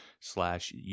slash